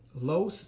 low